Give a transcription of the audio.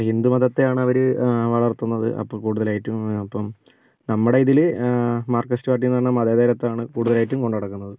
ഹിന്ദു മതത്തെയാണ് അവർ വളർത്തുന്നത് അപ്പോൾ കൂടുതലായിട്ടും അപ്പോൾ നമ്മുടെ ഇതിൽ മാർകിസ്റ്റ് പാർട്ടിന്ന് പറഞ്ഞാൽ മതേതരത്വം ആണ് കൂടുതലായിട്ടും കൊണ്ട് നടക്കുന്നത്